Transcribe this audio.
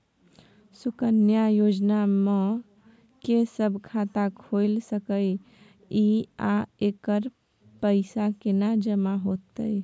सुकन्या योजना म के सब खाता खोइल सके इ आ एकर पैसा केना जमा होतै?